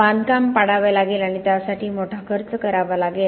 बांधकाम पाडावे लागेल आणि त्यासाठी मोठा खर्च करावा लागेल